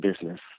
business